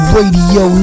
Radio